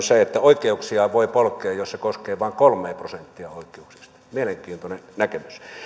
se että oikeuksia voi polkea jos se koskee vain kolmea prosenttia oikeuksista mielenkiintoinen näkemys